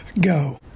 go